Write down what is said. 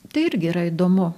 tai irgi yra įdomu